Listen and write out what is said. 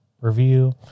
review